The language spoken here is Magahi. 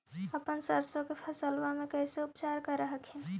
अपन सरसो के फसल्बा मे कैसे उपचार कर हखिन?